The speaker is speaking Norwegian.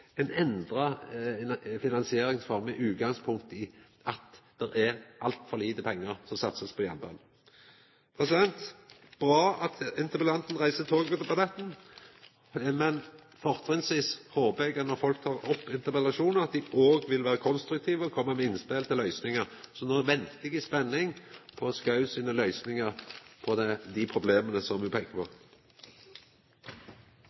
endra finansieringsform, med utgangspunkt i at det er altfor lite pengar som blir satsa på jernbanen. Det er bra at interpellanten reiser togdebatten, men fortrinnsvis håper eg at når folk tek opp interpellasjonar, vil dei òg vera konstruktive og koma med innspel til løysingar. Så no ventar eg i spenning på Schou sine løysingar på dei problema ho peikte på.